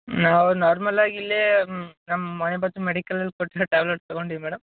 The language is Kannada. ನಾವು ನಾರ್ಮಲಾಗಿಲ್ಲೀ ನಮ್ಮ ಮನೆ ಪಕ್ಕ ಮೆಡಿಕಲಲ್ಲಿ ಕೊಟ್ಟ ಟ್ಯಾಬ್ಲೆಟ್ ತಗೊಂಡೀವಿ ಮೇಡಮ್